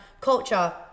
culture